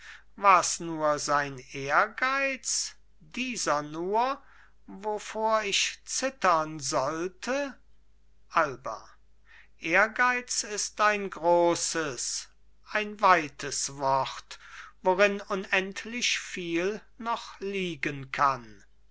wars nur sein ehrgeiz dieser nur wovor ich zittern sollte alba ehrgeiz ist ein großes ein weites wort worin unendlich viel noch liegen kann